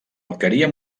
alqueria